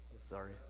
Sorry